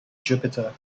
jupiter